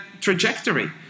trajectory